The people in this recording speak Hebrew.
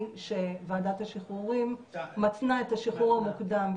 שוועדת השחרורים מתנה את השחרור המוקדם,